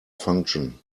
function